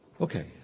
Okay